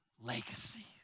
legacy